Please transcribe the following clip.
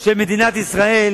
של מדינת ישראל